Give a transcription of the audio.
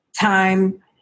time